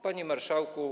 Panie Marszałku!